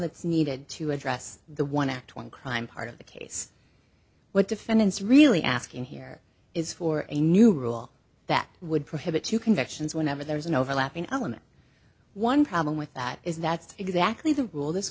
that's needed to address the one act one crime part of the case what defendants really asking here is for a new rule that would prohibit two convictions whenever there is an overlapping element one problem with that is that's exactly the rule this